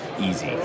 easy